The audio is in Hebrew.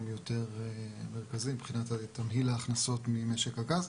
יותר מרכזי מבחינת תמהיל ההכנסות ממשק הגז,